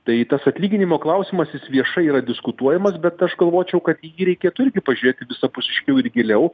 tai tas atlyginimo klausimas jis viešai yra diskutuojamas bet aš galvočiau kad į jį reikėtų irgi pažiūrėti visapusiškiau ir giliau